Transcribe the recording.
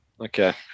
Okay